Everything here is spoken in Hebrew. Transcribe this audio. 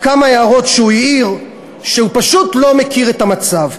לכמה הערות שהוא העיר, הוא פשוט לא מכיר את המצב.